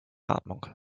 atmung